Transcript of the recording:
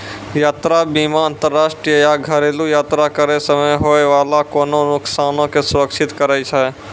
यात्रा बीमा अंतरराष्ट्रीय या घरेलु यात्रा करै समय होय बाला कोनो नुकसानो के सुरक्षित करै छै